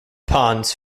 ponds